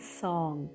song